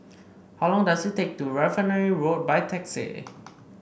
how long does it take to Refinery Road by taxi